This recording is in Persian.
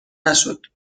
نشد